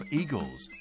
eagles